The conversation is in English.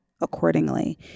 accordingly